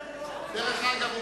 דרך אגב,